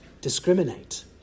discriminate